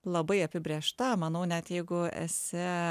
labai apibrėžta manau net jeigu esi